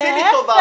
עשי לי טובה.